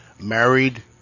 married